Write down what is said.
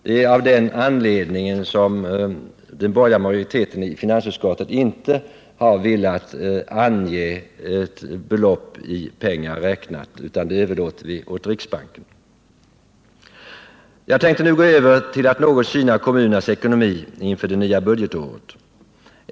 Det är av den anledningen som den borgerliga majoriteten i finansutskottet inte har velat ange ett belopp i kronor utan överlåtit detta åt riksbanken. Jag tänkte nu gå över till att något syna kommunernas ekonomi inför det nya budgetåret.